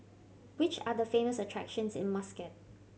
which are the famous attractions in Muscat